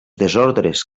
desordres